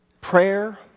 prayer